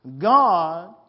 God